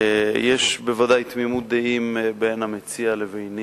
יש בוודאי תמימות דעים בין המציע לביני